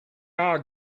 are